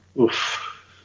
Oof